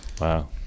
Wow